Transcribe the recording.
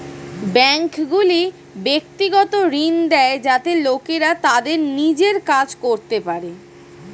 ব্যাঙ্কগুলি ব্যক্তিগত ঋণ দেয় যাতে লোকেরা তাদের নিজের কাজ করতে পারে